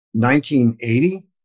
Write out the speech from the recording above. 1980